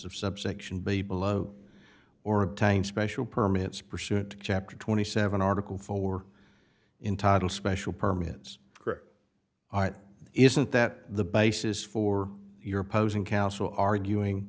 of subsection bay below or obtain special permits pursuit chapter twenty seven dollars article for entitle special permits for art isn't that the basis for your opposing counsel arguing